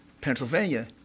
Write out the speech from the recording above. Pennsylvania